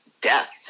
death